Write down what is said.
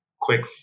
quick